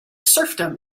serfdom